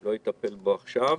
לא יטפל בו עכשיו,